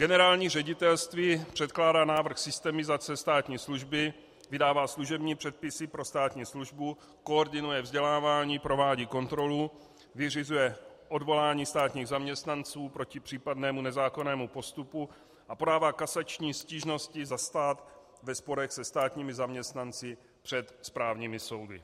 Generální ředitelství předkládá návrh systemizace státní služby, vydává služební předpisy pro státní službu, koordinuje vzdělávání, provádí kontrolu, vyřizuje odvolání státních zaměstnanců proti případnému nezákonnému postupu a podává kasační stížnosti za stát ve sporech se státními zaměstnanci před správními soudy.